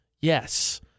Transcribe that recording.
yes